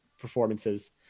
performances